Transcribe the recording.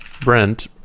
Brent